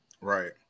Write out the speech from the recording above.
Right